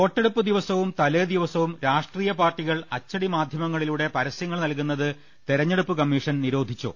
വോട്ടെടുപ്പ് ദിവസവും തലേ ദിവസവും രാഷ്ട്രീയ പാർട്ടികൾ അ ച്ചടിമാധ്യമങ്ങളിലൂടെ പരസ്യങ്ങൾ നൽകുന്നത് തെരഞ്ഞെടുപ്പ് ക മ്മീഷൻ നിരോധിച്ചു